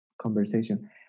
conversation